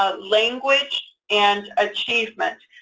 ah language, and achievement.